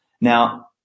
Now